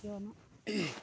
কিয়নো